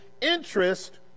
interest